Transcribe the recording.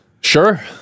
Sure